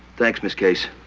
thanks, miss case.